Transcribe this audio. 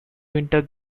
winter